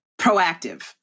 Proactive